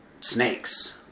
snakes